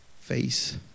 face